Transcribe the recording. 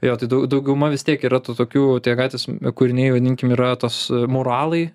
jo tai dau dauguma vis tiek yra tų tokių tie gatvės kūriniai vadinkim yra tas moralai